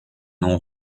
non